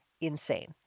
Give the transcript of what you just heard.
insane